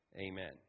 Amen